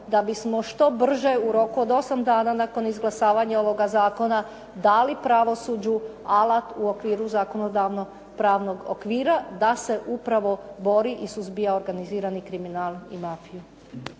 da bismo što brže u roku od 8 dana nakon izglasavanja ovoga zakona, dali pravosuđu alat u okviru zakonodavnog pravnog okvira da se upravo bori i suzbija organizirani kriminal i mafiju.